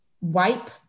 wipe